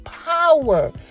power